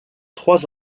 trois